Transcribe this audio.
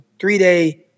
three-day